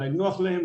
אולי נוח להם,